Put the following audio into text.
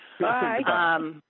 Bye